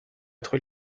être